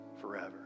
forever